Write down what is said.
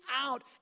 out